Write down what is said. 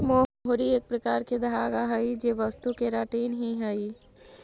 मोहरी एक प्रकार के धागा हई जे वस्तु केराटिन ही हई